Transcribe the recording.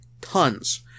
Tons